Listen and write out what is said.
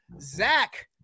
Zach